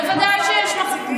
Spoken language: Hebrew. בוודאי שיש מחסור,